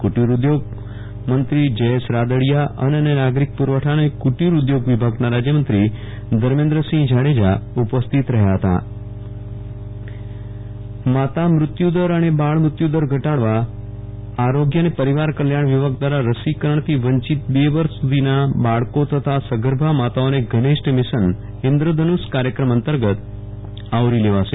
કુટિર ઉધોગમંત્રી જયેશ રાદડીયાઅન્ન અને નાગરિક પુ રવઠા અને કુટિર ઉધોગ વિભાગના રાજયમંત્રી ધર્મેન્દ્રસિંહ જાડેજા ઉપસ્થિત રહેશે વિરલ રાણા બાળ મૃત્યુ દર્ઈન્દ્ર ધનુ ષ માતા મૃત્યુ દર અને બાળ મૃત્યુ દર ઘટાડવા આરોગ્ય અને પરિવાર કલ્યા વિભાગ દ્વારા રસીકરણથી વંચિત ર વર્ષ સુ ધીના બાળકો તથા સગર્ભા માતાઓને ઘનીષ્ઠ મિશન ઇન્દ્રધનુષ કાર્યક્રમ અંતર્ગત આવરી લેવાશે